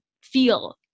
feel